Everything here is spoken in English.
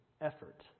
effort